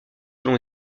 selon